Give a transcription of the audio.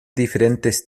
diferentes